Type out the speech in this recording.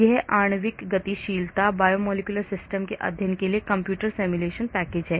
यह आणविक गतिशीलता बायोमोलेकुलर सिस्टम के अध्ययन के लिए कंप्यूटर सिमुलेशन पैकेज है